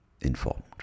informed